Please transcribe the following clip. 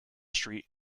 street